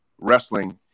wrestling